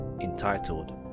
entitled